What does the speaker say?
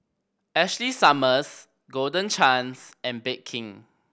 Ashley Summers Golden Chance and Bake King